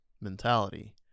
mentality